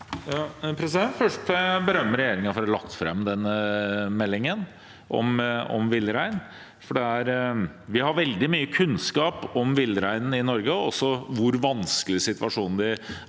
berømme regjeringen for å ha lagt fram denne meldingen om villreinen. Vi har veldig mye kunnskap om villreinen i Norge, og også om hvor vanskelig situasjonen er